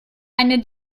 eine